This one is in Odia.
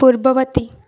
ପୂର୍ବବର୍ତ୍ତୀ